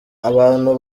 abantu